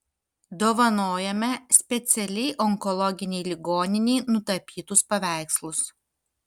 dovanojame specialiai onkologinei ligoninei nutapytus paveikslus